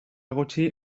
gutxi